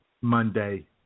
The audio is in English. Monday